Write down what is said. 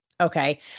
okay